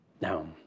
Now